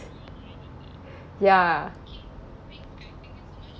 ya